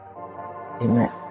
Amen